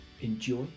Enjoy